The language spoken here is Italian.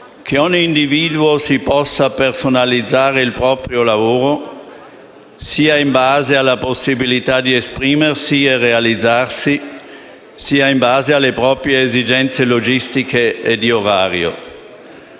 che ogni individuo si possa personalizzare il proprio lavoro sia in base alla possibilità di esprimersi e realizzarsi, sia in base alle proprie esigenze logistiche e di orario.